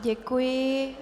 Děkuji.